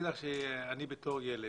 אני בתור ילד,